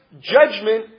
judgment